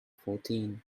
fourteen